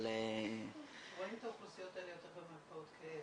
אבל -- רואים את האוכלוסיות האלה יותר במרפאות כאב.